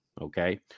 Okay